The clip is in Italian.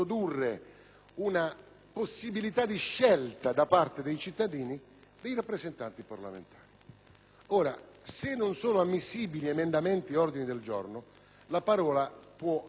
Ora, se non sono ammissibili emendamenti ed ordini del giorno, la parola può ancora rimanere libera. Colgo quindi l'occasione per dire a quest'Aula